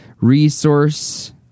resource